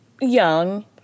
young